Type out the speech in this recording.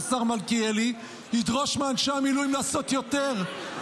השר מלכיאלי, ידרוש מאנשי המילואים לעשות יותר.